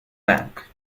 bank